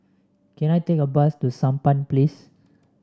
can I take a bus to Sampan Place